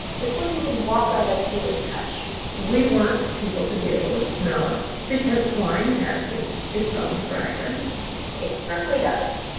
this one you can walk right up to and touch we want people to be able to smell ah it, because twine has its its own fragrance it certainly does.